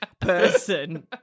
person